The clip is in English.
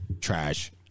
trash